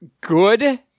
good